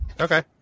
Okay